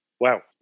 Wow